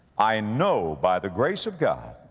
i know by the grace of god,